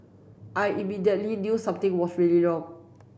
I immediately knew something was really wrong